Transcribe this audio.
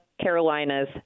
Carolinas